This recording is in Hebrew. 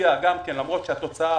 למרות שהתוצאה